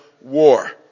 war